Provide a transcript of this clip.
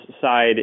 side